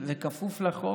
בכפוף לחוק,